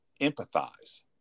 empathize